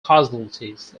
casualties